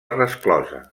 resclosa